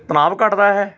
ਤਣਾਅ ਘੱਟਦਾ ਹੈ